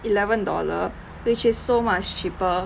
eleven dollar which is so much cheaper